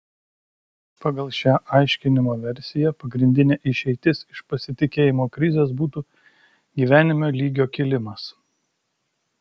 pagal šią aiškinimo versiją pagrindinė išeitis iš pasitikėjimo krizės būtų gyvenimo lygio kilimas